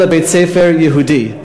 אלא כבית-ספר יהודי.